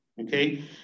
Okay